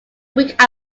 week